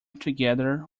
together